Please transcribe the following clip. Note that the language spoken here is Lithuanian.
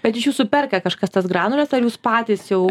bet iš jūsų perka kažkas tas granules ar jūs patys jau